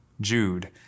Jude